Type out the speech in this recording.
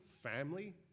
family